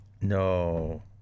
no